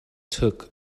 took